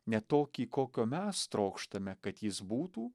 ne tokį kokio mes trokštame kad jis būtų